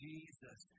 Jesus